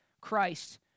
Christ